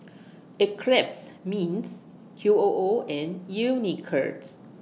Eclipse Mints Q O O and Unicurd